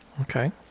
Okay